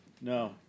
No